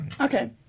Okay